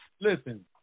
listen